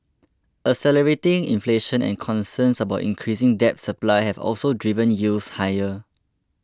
accelerating inflation and concerns about increasing debt supply have also driven yields higher